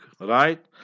right